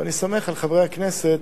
ואני סומך על חברי הכנסת